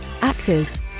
Actors